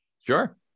Sure